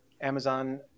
Amazon